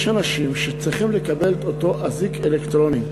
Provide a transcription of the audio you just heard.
יש אנשים שצריכים לקבל את אותו אזיק אלקטרוני.